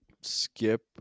skip